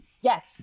Yes